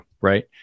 right